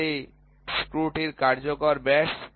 এটি স্ক্রুটির কার্যকর ব্যাস